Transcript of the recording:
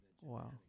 Wow